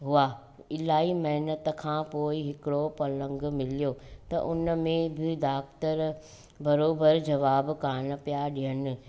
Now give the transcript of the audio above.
हुआ इलाही महिनत खां पोइ हिकिड़ो पलंग मिलियो त हुनमें बि डाक्टर बराबरि जवाबु कान पिया ॾियनि